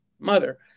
mother